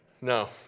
No